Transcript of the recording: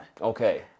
Okay